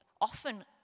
often